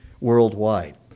worldwide